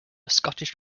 scottish